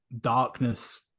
darkness